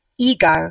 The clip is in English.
Ego